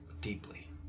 Deeply